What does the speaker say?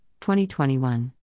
2021